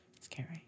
Scary